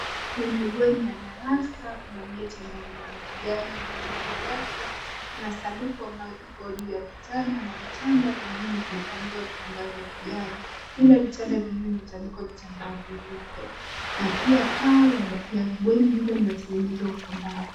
Kwenye bweni ya darasa kuna net ambazo ni za kijani ambavyo vimewekwa. Kuna sanduku ambayo iko juu ya kitanda, na vitanda vingine vimetandikwa vitambaa vya kijani; ila vitanda vingine vimetandikwa vitambaa vyeupe. Na pia paa ya bweni hilo limetengenezwa kwa mbao.